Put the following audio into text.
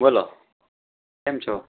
બોલો કેમ છો